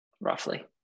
roughly